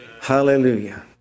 Hallelujah